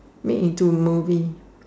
meeting to a movie